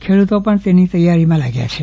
ખેડૂતો પણ તેની તૈયારીમાં લાગી ગયા છે